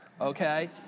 okay